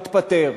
מתפטר,